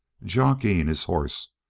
jockeying his horse,